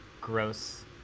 gross